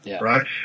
right